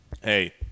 Hey